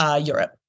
Europe